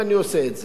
ואני עושה את זה.